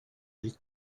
nel